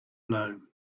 blow